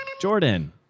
Jordan